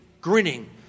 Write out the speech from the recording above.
grinning